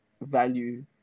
value